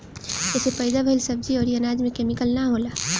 एसे पैदा भइल सब्जी अउरी अनाज में केमिकल ना होला